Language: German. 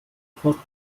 post